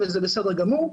וזה בסדר גמור.